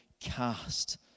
cast